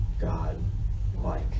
God-like